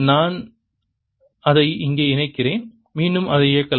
நான் அதை இங்கே இணைக்கிறேன் மீண்டும் அதை இயக்கலாம்